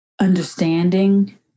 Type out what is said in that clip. understanding